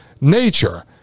nature